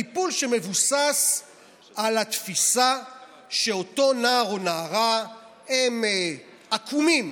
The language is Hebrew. טיפול שמבוסס על התפיסה שאותו נער או נערה הם עקומים,